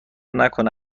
نکنه